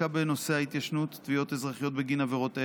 שעסקה בנושא התיישנות תביעות אזרחיות בגין עבירות אלה,